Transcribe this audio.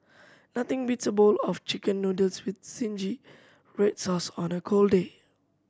nothing beats a bowl of Chicken Noodles with zingy red sauce on a cold day